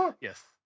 Yes